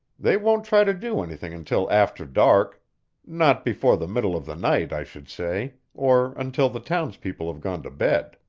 they won't try to do anything until after dark not before the middle of the night, i should say or until the townspeople have gone to bed.